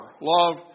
love